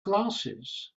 glasses